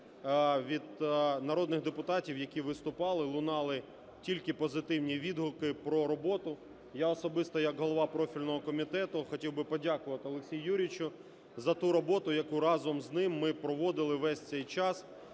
від народних депутатів, які виступали, лунали тільки позитивні відгуки про роботу. Я особисто як голова профільного комітету хотів би подякувати Олексію Юрійовичу за ту роботу, яку разом з ним ми проводили весь цей час.